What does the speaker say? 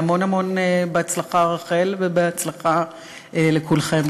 והמון המון בהצלחה, רחל, ובהצלחה לכולכם.